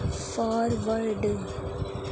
forward